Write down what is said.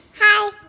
Hi